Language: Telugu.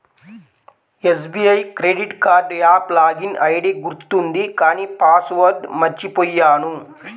SBI credit card app login ID గుర్తుంది కానీ పాస్ వర్డ్ మర్చిపొయ్యాను